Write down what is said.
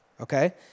okay